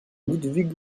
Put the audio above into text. ludwig